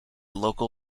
local